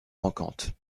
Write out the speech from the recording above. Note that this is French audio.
manquante